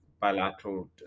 bilateral